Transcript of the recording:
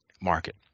market